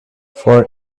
for